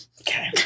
okay